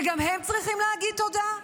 וגם הם צריכים להגיד תודה?